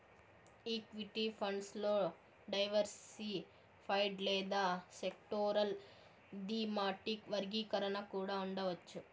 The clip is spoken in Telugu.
ఈక్విటీ ఫండ్స్ లో డైవర్సిఫైడ్ లేదా సెక్టోరల్, థీమాటిక్ వర్గీకరణ కూడా ఉండవచ్చు